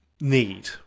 need